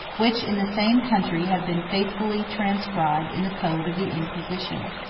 which in the same country have been faithfully transcribed in the code of the inquisition.